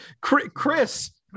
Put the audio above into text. Chris